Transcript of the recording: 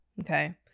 Okay